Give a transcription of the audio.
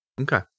Okay